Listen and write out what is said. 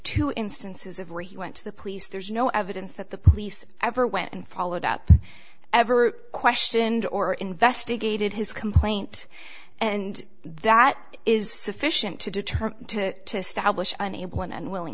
two instances of where he went to the police there's no evidence that the police ever went and followed up ever questioned or investigated his complaint and that is sufficient to deter to to stablish an able and willing